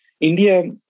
India